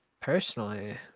personally